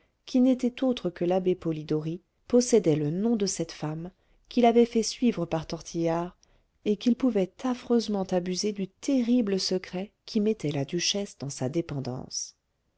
qui n'était autre que l'abbé polidori possédait le nom de cette femme qu'il avait fait suivre par tortillard et qu'il pouvait affreusement abuser du terrible secret qui mettait la duchesse dans sa dépendance